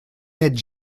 n’êtes